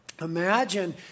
Imagine